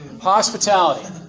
hospitality